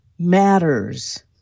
matters